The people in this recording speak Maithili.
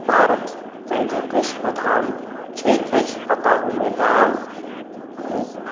भारतके जे कृषिप्रधान क्षेत्र अछि आ ताहुमे गाममे